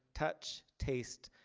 touch, taste,